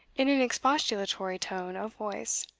in an expostulatory tone of voice,